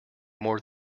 more